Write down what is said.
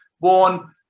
born